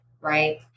right